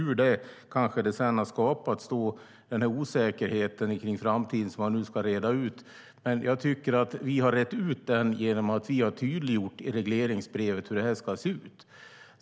Ur detta kanske det sedan har skapats den osäkerhet kring framtiden som man nu ska reda ut. Men jag tycker att vi har rett ut den genom att vi i regleringsbrevet har tydliggjort hur det ska se ut.